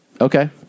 okay